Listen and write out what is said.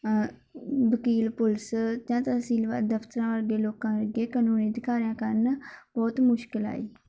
ਵਕੀਲ ਪੁਲਿਸ ਜਾਂ ਤਹਿਸੀਲ ਵਾਲੇ ਦਫਤਰਾਂ ਵਰਗੇ ਲੋਕਾਂ ਦੇ ਅੱਗੇ ਕਾਨੂੰਨੀ ਅਧਿਕਾਰੀਆਂ ਕਾਰਨ ਬਹੁਤ ਮੁਸ਼ਕਿਲ ਆਈ